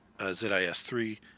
ZIS-3